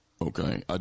Okay